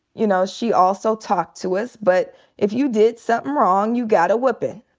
you know, she also talked to us. but if you did somethin' wrong you got a whoopin'.